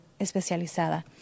especializada